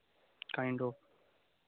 kind of